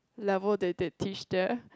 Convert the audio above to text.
level that they teach there